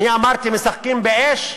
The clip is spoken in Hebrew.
אני אמרתי "משחקים באש"?